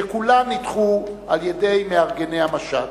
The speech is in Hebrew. שכולן נדחו על-ידי מארגני המשט.